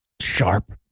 Sharp